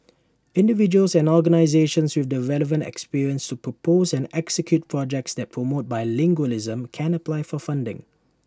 individuals and organisations with the relevant experience to propose and execute projects that promote bilingualism can apply for funding